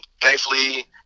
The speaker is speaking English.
Thankfully